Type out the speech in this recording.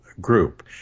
group